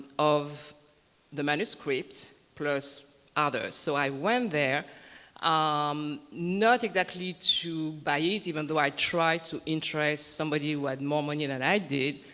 of the manuscript plus others. so i went there um not exactly to buy it, even though i tried to interest somebody who had more money that i did